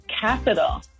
capital